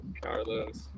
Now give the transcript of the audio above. Carlos